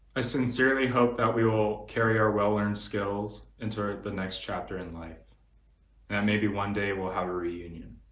i sincerely hope that we will carry our well learned skills into the next chapter in life and maybe one day we'll have a reunion.